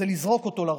זה לזרוק אותו לרחוב,